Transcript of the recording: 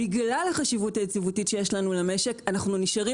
בגלל החשיבות היציבותית שיש לנו למשק אנחנו נשארים